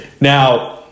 Now